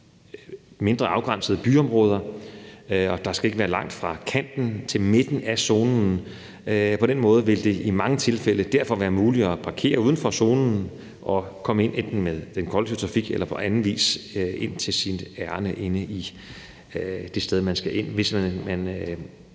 mindre, afgrænsede byområder, og der skal ikke være langt fra kanten til midten af zonen. På den måde vil det derfor i mange tilfælde være muligt at kunne parkere uden for zonen og komme ind i den med den kollektive trafik eller på anden vis til sit ærinde det sted, man skal hen til, hvis man